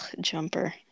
Jumper